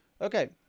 Okay